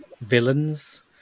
villains